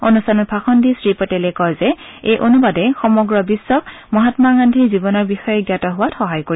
অনুষ্ঠানত ভাষণ দি শ্ৰী পেটেলে কয় যে এই অনুবাদে সমগ্ৰ বিধ্বক মহায়া গান্ধীৰ জীৱনৰ বিষয়ে জ্ঞাত হোৱাত সহায় কৰিব